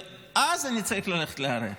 ואז אני צריך ללכת לערער.